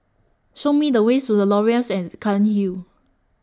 Show Me The ways to The Laurels At Cairnhill